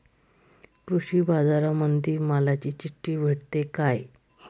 कृषीबाजारामंदी मालाची चिट्ठी भेटते काय?